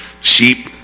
sheep